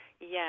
yes